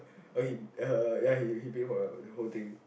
but he uh ya he he pay for the whole thing